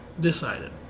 Decided